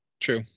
true